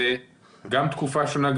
זו גם תקופה שונה,